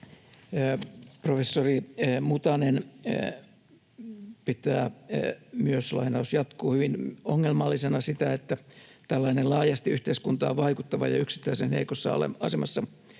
Professori Mutanen pitää myös, lainaus jatkuu, ”hyvin ongelmallisena sitä, että tällainen laajasti yhteiskuntaan vaikuttava ja yksittäisen heikossa asemassa